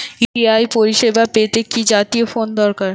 UPI পরিসেবা পেতে কি জাতীয় ফোন দরকার?